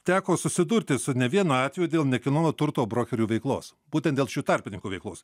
teko susidurti su ne vienu atveju dėl nekilnojamo turto brokerių veiklos būtent dėl šių tarpininkų veiklos